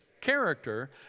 character